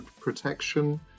protection